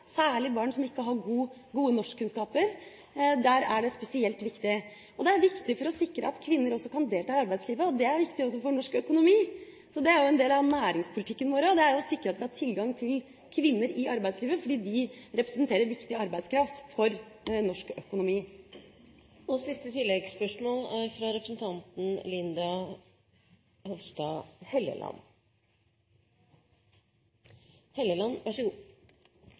særlig for barn som ikke har gode norskkunnskaper, er det spesielt viktig. Det er viktig for å sikre at kvinner kan delta i arbeidslivet, og det er viktig også for norsk økonomi. Så det er jo en del av næringspolitikken vår. Det er å sikre at vi har tilgang til kvinner i arbeidslivet fordi de representerer viktig arbeidskraft for norsk økonomi. Ingen av oss vet hvilke barn vi får. Om vi får friske og